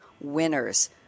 winners